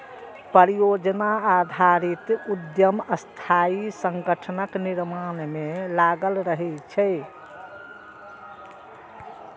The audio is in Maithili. परियोजना आधारित उद्यम अस्थायी संगठनक निर्माण मे लागल रहै छै